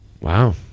wow